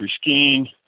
skiing